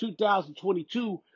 2022